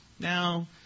Now